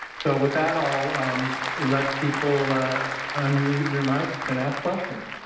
so, with that, i'll let people unmute your mics and ask questions.